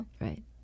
Right